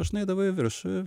aš nueidavau į viršų